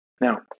Now